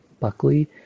Buckley